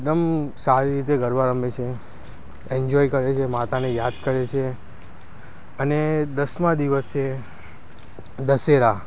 એકદમ સારી રીતે ગરબા રમે છે એન્જોય કરે છે માતાને યાદ કરે છે અને દસમા દિવસે દશેરા